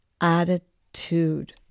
attitude